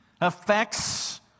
affects